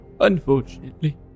unfortunately